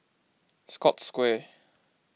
Scotts Square